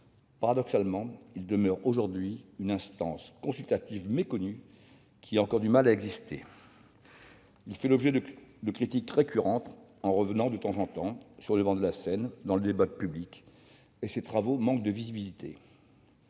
paradoxalement, il demeure aujourd'hui une instance consultative méconnue, qui a encore du mal à exister. Il fait l'objet de critiques récurrentes en revenant, de temps en temps, sur le devant de la scène, dans le débat public ; ses travaux manquent de visibilité.